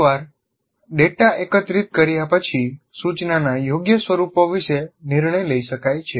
એકવાર ડેટા એકત્રિત કર્યા પછી સૂચનાના યોગ્ય સ્વરૂપો વિશે નિર્ણય લઈ શકાય છે